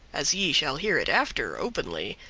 as ye shall hear it after openly,